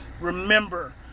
Remember